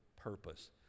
purpose